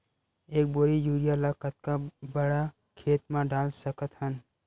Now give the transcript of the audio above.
एक बोरी यूरिया ल कतका बड़ा खेत म डाल सकत हन?